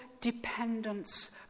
dependence